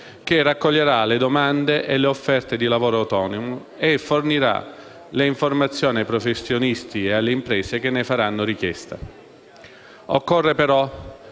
che raccoglierà le domande e le offerte di lavoro autonomo e fornirà le informazioni ai professionisti e alle imprese che ne faranno richiesta. Occorre, però,